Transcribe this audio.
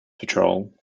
patrol